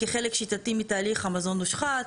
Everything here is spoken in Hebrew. כחלק שיטתי מתהליך המזון הושחת.